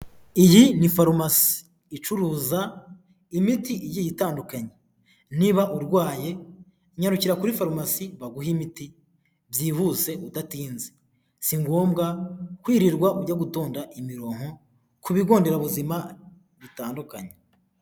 Iyi ni farumasi icuruza imiti igiye itandukanye, niba urwaye nyarukira kuri farumasi baguhe imiti byihuse udatinze, singombwa kwirirwa ujya gutonda imirongo ku bigonderabuzima bitandukanye.